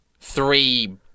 three